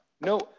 no